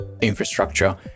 infrastructure